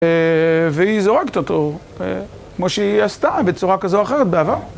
והיא זורקת אותו כמו שהיא עשתה בצורה כזו או אחרת בעבר.